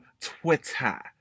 Twitter